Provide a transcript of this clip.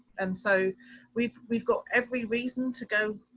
and so we've we've got every reason to go.